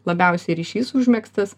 labiausiai ryšys užmegztas